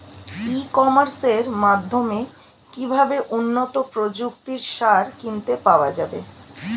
ই কমার্সের মাধ্যমে কিভাবে উন্নত প্রযুক্তির সার কিনতে পাওয়া যাবে?